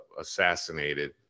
assassinated